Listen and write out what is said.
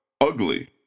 Ugly